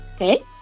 Okay